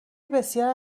بسیاری